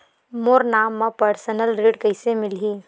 मोर नाम म परसनल ऋण कइसे मिलही?